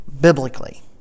biblically